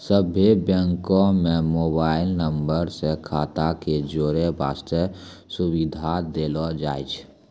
सभ्भे बैंको म मोबाइल नम्बर से खाता क जोड़ै बास्ते सुविधा देलो जाय छै